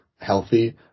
healthy